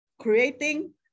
creating